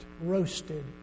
roasted